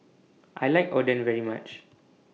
I like Oden very much